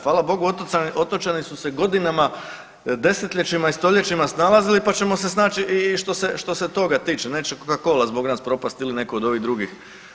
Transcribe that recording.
Hvala Bogu otočani su se godinama, desetljećima i stoljećima snalazili pa ćemo se snaći i što se toga tiče, neće Coca-Cola zbog nas propasti ili neko od ovih drugih.